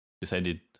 decided